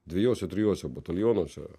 dviejuose trijuose batalionuose